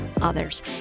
others